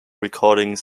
recording